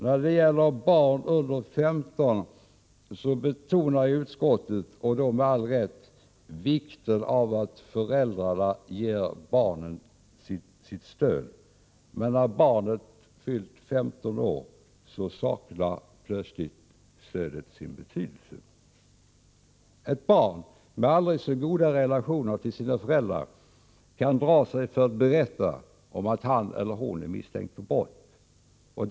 När det gäller barn under 15 år betonar utskottet — med all rätt — vikten av att föräldrar ger sina barn stöd. Men när barnet fyllt 15 år saknar plötsligt stödet sin betydelse. Ett barn med aldrig så goda relationer till sina föräldrar kan dra sig för att berätta om att han/hon är misstänkt för brott.